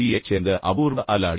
யைச் சேர்ந்த அபூர்வ அல்லாடி